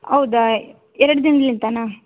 ಹೌದಾ ಎರಡು ದಿನ್ಲಿಂದಾನ